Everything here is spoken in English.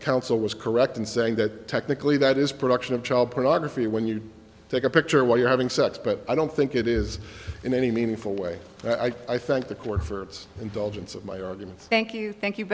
counsel was correct in saying that technically that is production of child pornography when you take a picture while you're having sex but i don't think it is in any meaningful way i think the court for its indulgence of my argument thank you thank you